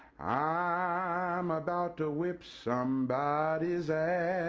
ah i'm about to whip somebody's ass